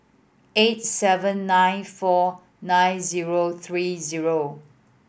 eight seven nine four nine zero three zero